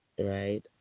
Right